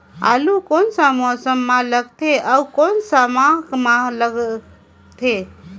आलू कोन सा मौसम मां लगथे अउ कोन सा माह मां लगथे?